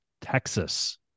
Texas